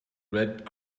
red